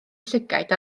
llygaid